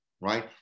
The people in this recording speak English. right